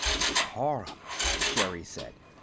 horrible! sherri said.